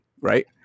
right